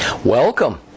Welcome